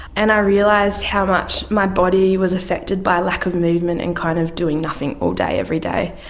and i realised how much my body was affected by lack of movement and kind of doing nothing all day every day.